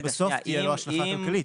ובסוף תהיה לו השלכה כלכלית.